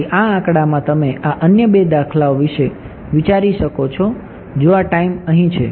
તેથી આ આંકડામાં તમે આ અન્ય બે દાખલાઓ વિશે વિચારી શકો છો જો આ ટાઈમ અહીં છે